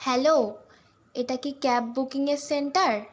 hello এটা কি cab বুকিংয়ের সেন্টার